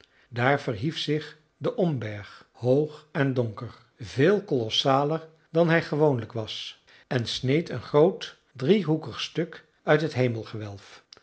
daar verhief zich de omberg hoog en donker veel kolossaler dan hij gewoonlijk was en sneed een groot driehoekig stuk uit het hemelgewelf